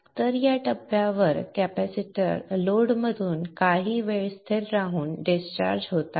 तर या टप्प्यावर कॅपेसिटर लोडमधून काही वेळ स्थिर राहून डिस्चार्ज होत आहे